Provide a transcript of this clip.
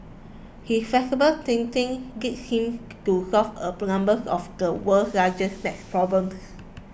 he flexible thinking led him to solve a number of the world's hardest math problems